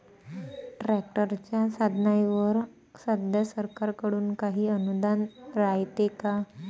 ट्रॅक्टरच्या साधनाईवर सध्या सरकार कडून काही अनुदान रायते का?